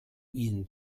ihnen